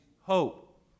hope